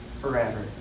forever